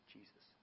Jesus